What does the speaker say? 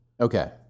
Okay